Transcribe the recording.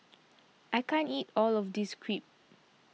I can't eat all of this Crepe